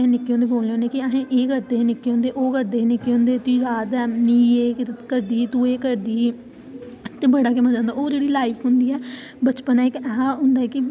अस ओहदे कन्नै खेलने फिर असेंगी इक दुऐ गी पकड़ना इक दुऐ गी मतलब हराना असें कि इसी एह् चीज नेई करन देनी मतलब एह् नेई डाउन होन देना